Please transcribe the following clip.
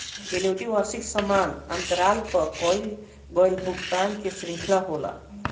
annuity वार्षिकी समान अंतराल पअ कईल गईल भुगतान कअ श्रृंखला होला